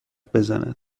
بزند